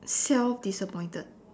self disappointed